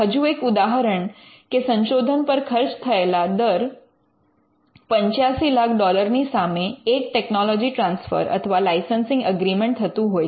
હજુ એક ઉદાહરણ કે સંશોધન પર ખર્ચ થયેલા દર ૮૫ લાખ ડોલરની સામે એક ટેકનોલોજી ટ્રાન્સફર અથવા લાઇસન્સિંગ અગ્રીમેન્ટ થતું હોય છે